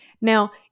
Now